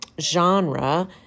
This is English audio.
genre